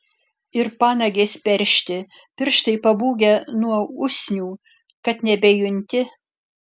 ir panagės peršti pirštai pabūgę nuo usnių kad nebejunti